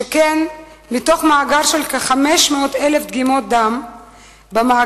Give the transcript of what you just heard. שכן מתוך מאגר של כ-500,000 דגימות דם במאגר,